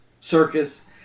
Circus